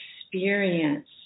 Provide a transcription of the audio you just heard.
experience